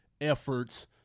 efforts